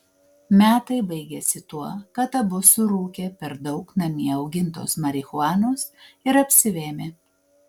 metai baigėsi tuo kad abu surūkė per daug namie augintos marihuanos ir apsivėmė